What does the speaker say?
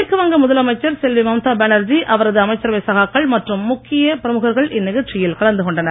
மேற்குவங்க முதலமைச்சர் செல்வி மம்தா பேனர்ஜி அவரது அமைச்சரவை சகாக்கள் மற்றும் முக்கிய பிரமுகர்கள் இந்நிகழ்ச்சியில் கலந்து கொண்டனர்